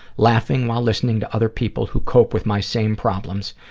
laughing while listening to other people who cope with my same problems,